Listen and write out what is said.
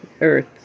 earth